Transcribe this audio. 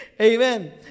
Amen